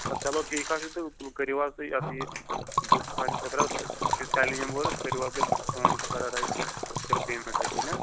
پتہٕ دپو ٹھیٖک حظ چھُ تہٕ کٔرِو حظ تُہۍ اَتھ یہِ بُک سانہٕ خٲطرٕ حظ أسۍ چھِ فیملی مٮ۪مبٲرٕس کٔرِو حظ تُہۍ بُک سون یہِ پیرا رایڈ أسۍ کَرو پیمٮ۪نٛٹ حظ تیٚلہِ